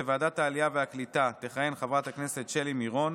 בוועדת העלייה והקליטה תכהן חברת הכנסת שלי מירון,